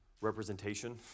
representation